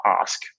ask